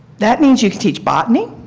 that means you can teach botany.